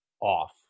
off